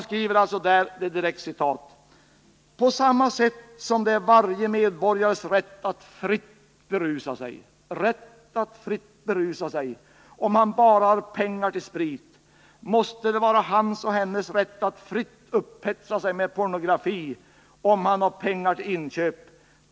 Där står: ”På samma sätt som det är varje medborgares rätt att fritt berusa sig, om han bara har pengar till sprit, måste det vara hans och hennes rätt att fritt upphetsa sig med pornografi om han har pengar till inköp.